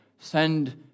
Send